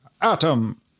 Atom